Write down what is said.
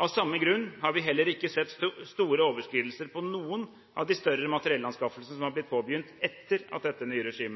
Av samme grunn har vi heller ikke sett store overskridelser på noen av de større materiellanskaffelsene som har blitt påbegynt etter at dette